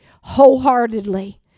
wholeheartedly